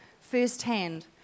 firsthand